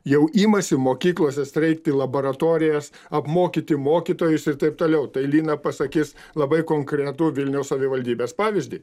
jau imasi mokyklose steigti laboratorijas apmokyti mokytojus ir taip toliau tai lina pasakys labai konkretų vilniaus savivaldybės pavyzdį